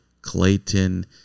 Clayton